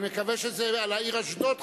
אני מקווה שזה על העיר אשדוד,